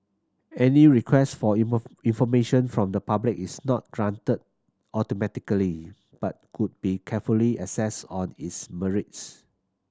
any request for information from the public is not granted automatically but would be carefully assessed on its merits